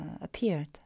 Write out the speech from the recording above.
appeared